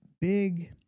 big